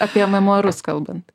apie memuarus kalbant